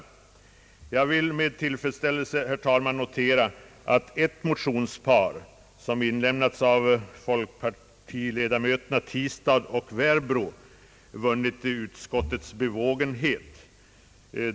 Jag vill med tillfredsställelse, herr talman, notera att ett par motioner som avlämnats med folkpartisterna Tistad och Werbro som första namn vunnit utskottets bevågenhet.